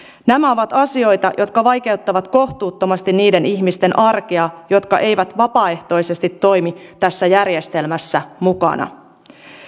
nämä ovat asioita jotka vaikeuttavat kohtuuttomasti niiden ihmisten arkea jotka eivät vapaaehtoisesti toimi tässä järjestelmässä mukana